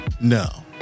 no